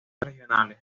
regionales